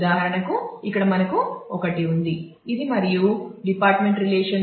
ఉదాహరణకు ఇక్కడ మనకు ఒకటి ఉంది ఇది మరియు డిపార్ట్మెంట్ రిలేషన్